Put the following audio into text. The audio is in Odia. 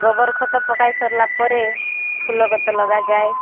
ଗୋବର ଖତ ପକାଇ ସରିଲା ପରେ ଫୁଲ ଗଛ ଲଗାଯାଏ